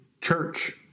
church